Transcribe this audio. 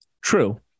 True